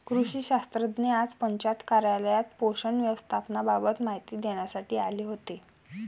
कृषी शास्त्रज्ञ आज पंचायत कार्यालयात पोषक व्यवस्थापनाबाबत माहिती देण्यासाठी आले होते